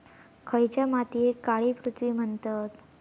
खयच्या मातीयेक काळी पृथ्वी म्हणतत?